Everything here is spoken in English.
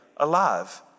alive